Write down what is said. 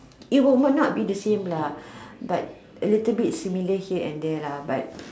it will might not be the same lah but a little similar here and there lah but